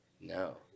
No